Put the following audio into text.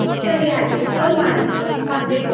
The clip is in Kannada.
ಸರಿ ಆಯಿತು ಫೋನ್ ಮಾಡಿ ಮತ್ತೆ